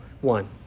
one